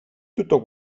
tutto